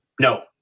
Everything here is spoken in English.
no